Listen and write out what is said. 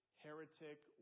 Heretic